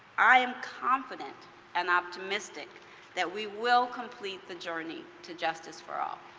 i'm confident and optimistic that we will complete the journey to justice for all.